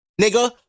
nigga